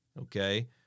okay